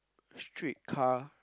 street car